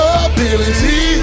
ability